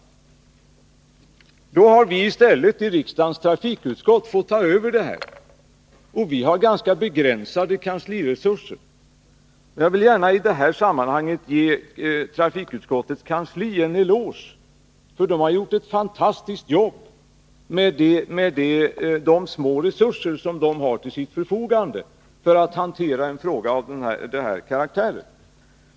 Sedan har vi i riksdagens trafikutskott fått ta över ärendet, och vi har ganska begränsade kansliresurser. Jag vill i detta sammanhang gärna ge trafikutskottets kansli en eloge, för det har gjort ett fantastiskt jobb, med de små resurser som det har till sitt förfogande för att hantera en fråga av denna karaktär.